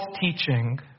teaching